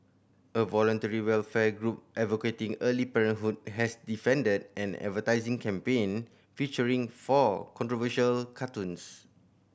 a voluntary welfare group advocating early parenthood has defended an advertising campaign featuring four controversial cartoons